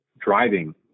driving